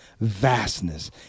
vastness